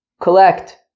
collect